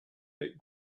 that